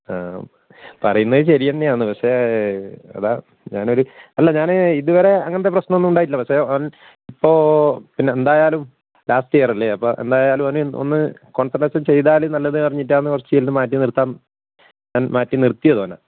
പറയുന്നത് ശരി തന്നെയാണ് പക്ഷെ അതാണ് ഞാനൊരു അല്ല ഞാൻ ഇതുവരെ അങ്ങനത്തെ പ്രശ്നമൊന്നും ഉണ്ടായിട്ടില്ല പക്ഷെ ഓൻ ഇപ്പോൾ പിന്നെ എന്തായാലും ലാസ്റ്റ് ഇയറല്ലേ അപ്പോൾ എന്തായാലും ഓന് ഒന്ന് കോൺസെൻട്രേഷൻ ചെയ്താൽ നല്ലത് പറഞ്ഞിട്ടാണ് കുറച്ച് മാറ്റി നിർത്താം മാറ്റി നിർത്തിയത് ഓനെ